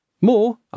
More